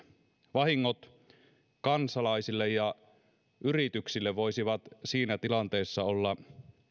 vahingot kansalaisille ja yrityksille voisivat siinä tilanteessa olla